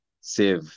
save